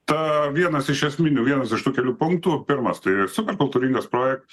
ta vienas iš esminių vienas iš tų kelių punktų pirmas tai super kultūringas projektas